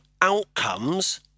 outcomes